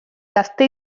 gazte